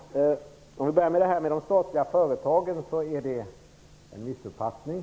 Till att börja med är detta med de statliga företagen en missuppfattning.